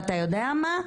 ואתה יודע מה?